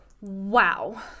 wow